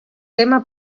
tema